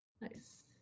Nice